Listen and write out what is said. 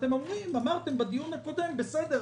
אמרתם בדיון הקודם: בסדר,